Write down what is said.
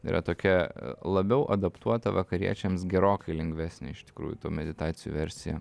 yra tokia labiau adaptuota vakariečiams gerokai lengvesnė iš tikrųjų tų meditacijų versija